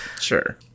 Sure